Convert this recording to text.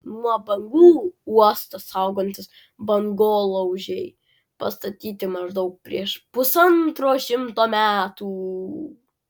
nuo bangų uostą saugantys bangolaužiai pastatyti maždaug prieš pusantro šimto metų